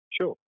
Sure